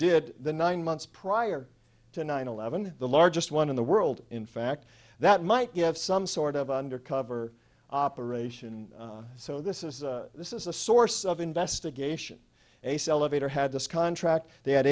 did the nine months prior to nine eleven the largest one in the world in fact that might have some sort of undercover operation so this is this is a source of investigation a celebrator had this contract they had